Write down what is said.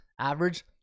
average